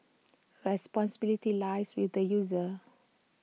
responsibility lies with the user